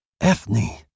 Ethne